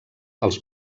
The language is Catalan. els